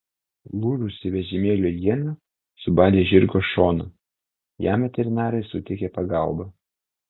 lūžusi vežimėlio iena subadė žirgo šoną jam veterinarai suteikė pagalbą